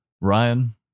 Ryan